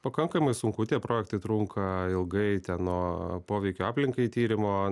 pakankamai sunku tie projektai trunka ilgai ten nuo poveikio aplinkai tyrimo